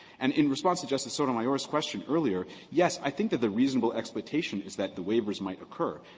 and in response to justice sotomayor's question earlier, yes, i think that the reasonable expectation is that the waivers might occur.